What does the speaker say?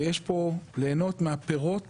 ויש פה, ליהנות מהפירות